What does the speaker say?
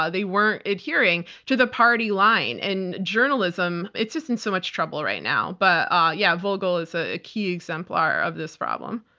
ah they weren't adhering to the party line in journalism. it's just in so much trouble right now. but yeah, vogel is a key exemplar of this problem.